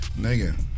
Nigga